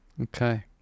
Okay